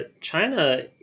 China